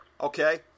Okay